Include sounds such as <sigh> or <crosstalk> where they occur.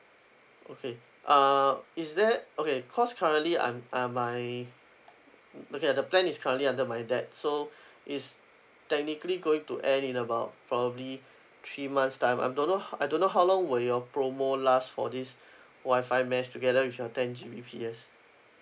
okay uh is there okay cause currently I'm ah my <noise> okay the plan is currently under my dad so <breath> is technically going to end in about probably three months time I'm don't know how I don't know how long will your promo last for this <breath> wifi mesh together with your ten G_B_P_S